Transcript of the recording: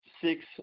six